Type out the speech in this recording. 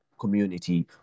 community